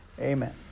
Amen